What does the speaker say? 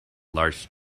large